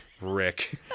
Rick